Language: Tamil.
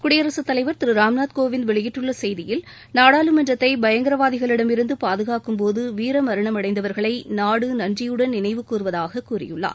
குடியரசுத் தலைவர் திரு ராம்நாத் கோவிந்த் வெளியிட்டுள்ள செய்தியில் நாடாளுமன்றத்தை பயங்கரவாதிகளிடம் இருந்து பாதுகாக்கும்போது வீரமரணமடைந்தவர்களை நாடு நன்றியுடன் நினைவு கூறுவதாக கூறியுள்ளார்